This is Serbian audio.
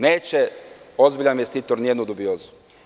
Neće ozbiljan investitor ni jednu dubiozu.